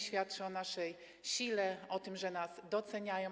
Świadczy to o naszej sile, o tym, że nas doceniają.